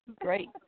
Great